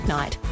Night